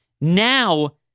Now